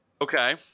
Okay